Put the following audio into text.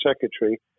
secretary